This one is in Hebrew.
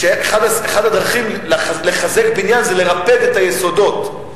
אחת הדרכים לחזק בניין זה לרפד את היסודות,